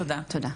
תודה.